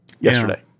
yesterday